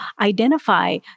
identify